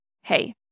hey